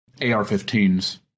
AR-15s